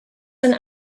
and